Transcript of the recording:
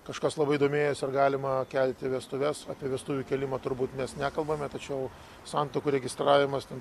kažkas labai domėjosi ar galima kelti vestuves apie vestuvių kėlimą turbūt mes nekalbame tačiau santuokų registravimas ten